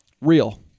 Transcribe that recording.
Real